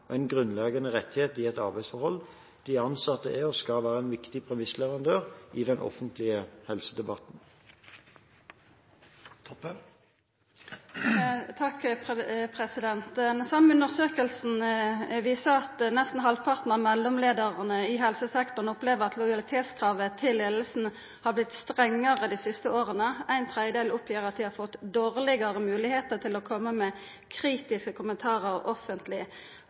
og en grunnleggende rettighet i et arbeidsforhold. De ansatte er og skal være en viktig premissleverandør i den offentlige helsedebatten. Den same undersøkinga viser at nesten halvparten av mellomleiarane i helsesektoren opplever at lojalitetskravet til leiinga har vorte strengare dei siste åra. Ein tredjedel seier at dei har fått dårlegare moglegheiter til å koma med kritiske